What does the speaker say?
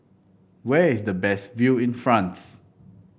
where is the best view in France